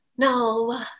No